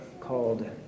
called